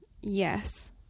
yes